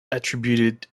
attributed